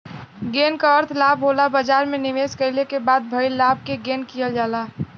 gain क अर्थ लाभ होला बाजार में निवेश कइले क बाद भइल लाभ क गेन कहल जाला